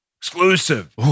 Exclusive